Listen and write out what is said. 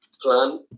plan